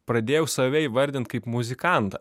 pradėjau save įvardint kaip muzikantą